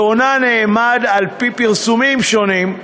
והונה נאמד, על-פי פרסומים שונים,